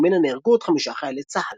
ממנה נהרגו עוד חמישה חיילי צה"ל.